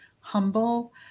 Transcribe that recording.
humble